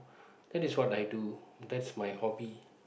that is what I do that's my hobby